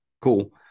Cool